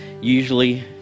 usually